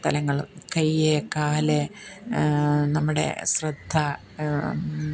തലങ്ങളും കൈ കാല് നമ്മുടെ ശ്രദ്ധ